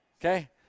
Okay